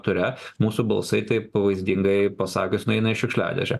ture mūsų balsai taip vaizdingai pasakius nueina į šiukšliadėžę